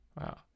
Wow